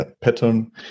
pattern